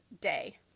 day